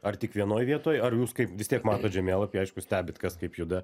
ar tik vienoj vietoj ar jūs kaip vis tiek matot žemėlapį aišku stebit kas kaip juda